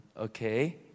Okay